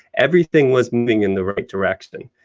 everything was moving in the right direction.